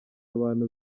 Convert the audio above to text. abantu